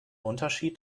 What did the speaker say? unterschied